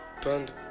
panda